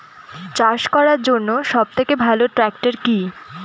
চাষ করার জন্য সবথেকে ভালো ট্র্যাক্টর কি?